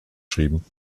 schrieben